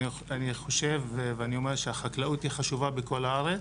שאני חושב שהחקלאות היא חשובה בכל הארץ,